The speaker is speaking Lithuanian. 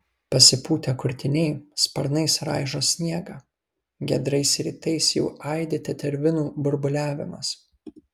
pasipūtę kurtiniai sparnais raižo sniegą giedrais rytais jau aidi tetervinų burbuliavimas